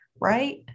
right